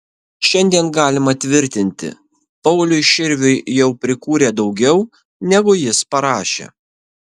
šiandien galima tvirtinti pauliui širviui jau prikūrė daugiau negu jis parašė